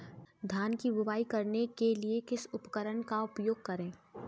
धान की बुवाई करने के लिए किस उपकरण का उपयोग करें?